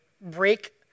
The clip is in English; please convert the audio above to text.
break